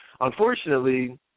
Unfortunately